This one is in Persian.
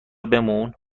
بمون